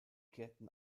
kehrten